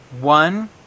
One